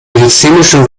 medizinischen